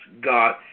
God